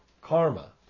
karma